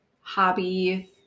hobby